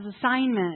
assignment